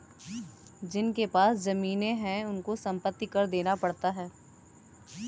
जिनके पास जमीने हैं उनको संपत्ति कर देना पड़ता है